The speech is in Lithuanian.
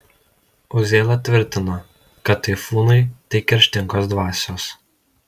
uzėla tvirtino kad taifūnai tai kerštingos dvasios